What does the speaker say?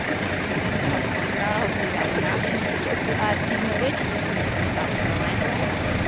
that you need us to help you figure out. hopefully, that won't happen speaking of which, this person from south carolina writes,